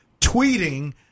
tweeting